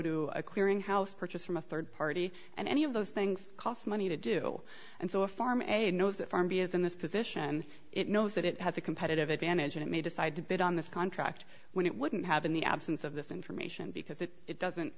to a clearing house purchase from a third party and any of those things cost money to do and so a farmer knows that farm b is in this position it knows that it has a competitive advantage and it may decide to bid on this contract when it wouldn't have in the absence of this information because it doesn't